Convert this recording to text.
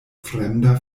fremda